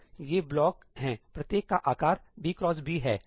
तो ये ब्लॉक हैं प्रत्येक का आकार ' b x b है